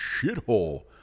shithole